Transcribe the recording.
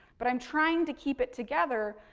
but, i'm trying to keep it together